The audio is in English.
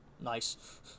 Nice